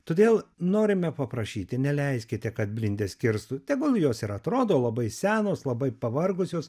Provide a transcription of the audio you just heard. todėl norime paprašyti neleiskite kad blindes kirstų tegul jos ir atrodo labai senos labai pavargusios